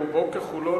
רובו ככולו,